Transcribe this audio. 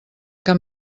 cap